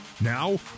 Now